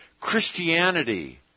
Christianity